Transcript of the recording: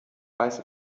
weiße